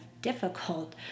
difficult